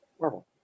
Marvel